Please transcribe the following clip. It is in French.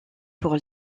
pour